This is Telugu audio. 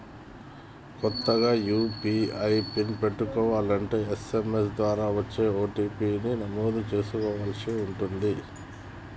కొత్తగా యూ.పీ.ఐ పిన్ పెట్టుకోలంటే ఎస్.ఎం.ఎస్ ద్వారా వచ్చే ఓ.టీ.పీ ని నమోదు చేసుకోవలసి ఉంటుంది